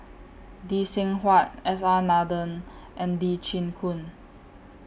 Lee Seng Huat S R Nathan and Lee Chin Koon